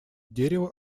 дерево